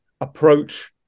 approach